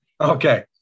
Okay